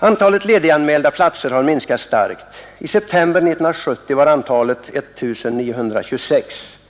Antalet lediganmälda platser har minskat starkt. I september 1970 var antalet 1 926.